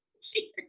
Cheers